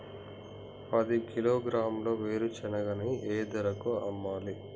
పది కిలోగ్రాముల వేరుశనగని ఏ ధరకు అమ్మాలి?